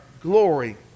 glory